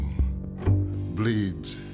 bleeds